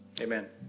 Amen